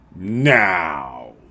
Now